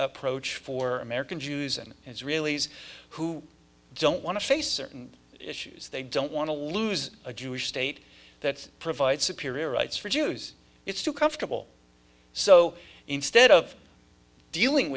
approach for american jews and israelis who don't want to face certain issues they don't want to lose a jewish state that provides superior rights for jews it's too comfortable so instead of dealing